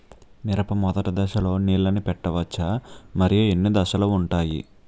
మిరప మొదటి దశలో నీళ్ళని పెట్టవచ్చా? మరియు ఎన్ని దశలు ఉంటాయి?